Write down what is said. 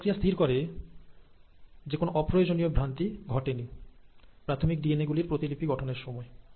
এই প্রক্রিয়া স্থির করে যে কোন অপ্রয়োজনীয় ভ্রান্তি ঘটে নি প্রারম্ভিক ডিএনএ গুলির প্রতিলিপি গঠনের সময়